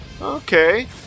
Okay